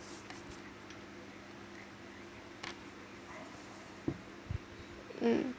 um